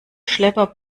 schlepper